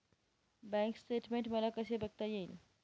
Bank statement मला कसे बघता येईल?